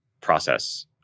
process